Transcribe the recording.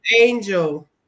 Angel